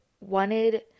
wanted